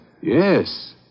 Yes